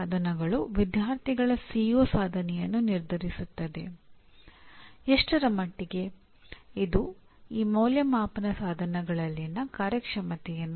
ತಿಳಿದಿರುವ ಪರಿಚಿತವಾದ ಮತ್ತು ಮುಂತಾದ ಪದಗಳ ಮೇಲೆ ಅಲ್ಲ